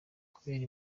kubera